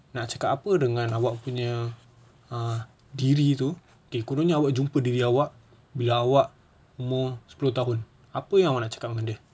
nak cakap apa dengan awak punya uh diri tu okay kononnya awak jumpa diri awak bila awak umur sepuluh tahun apa yang awak nak cakap dengan dia